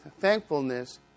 thankfulness